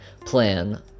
plan